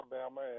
Alabama